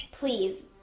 Please